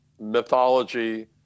mythology